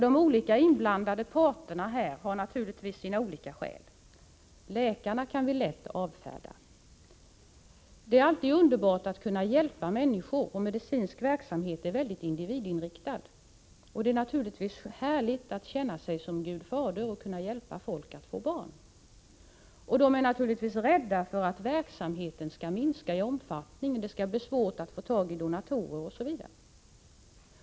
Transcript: De olika inblandade parterna har naturligtvis sina olika skäl. Läkarna kan vi lätt avfärda. Det är alltid underbart att kunna hjälpa människor, och medicinsk verksamhet är mycket individinriktad. Det är naturligtvis härligt att känna sig som Gud Fader och kunna hjälpa folk att få barn. De är naturligtvis rädda för att verksamheten skall minska i omfattning och att det skall bli svårt att få tag i donatorer osv.